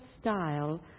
style